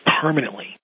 permanently